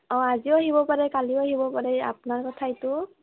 অঁ আজিও আহিব পাৰে কালিও আহিব পাৰে আপোনাৰ কথা এইটো